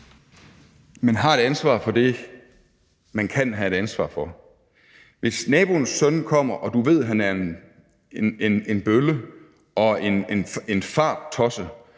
Man har et ansvar for det, man kan have et ansvar for. Hvis naboens søn kommer til hr. Kristian Pihl Lorentzen